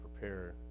prepare